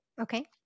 Okay